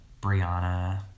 Brianna